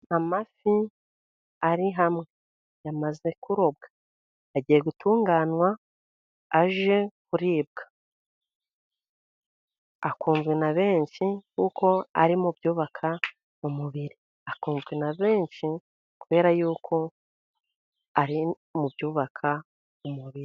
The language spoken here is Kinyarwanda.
Amafi ari hamwe, yamaze kurobwa agiye gutunganwa ajye kuribwa. Akunzwe na benshi kuko ari mu byubaka umubiri, akunzwe na benshi kubera y'uko ari mu byubaka umubiri.